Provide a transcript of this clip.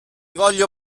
voglio